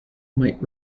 might